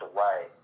away